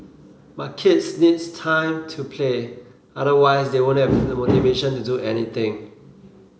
but kids needs time to play otherwise they won't have the motivation to do anything